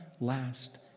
last